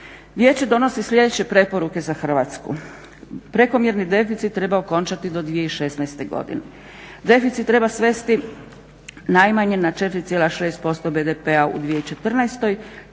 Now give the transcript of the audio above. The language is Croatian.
Vijeće donosi sljedeće preporuke za Hrvatsku. Prekomjerni deficit treba okončati do 2016. godine. Deficit treba svesti najmanje na 4,6% BDP-a u 2014.,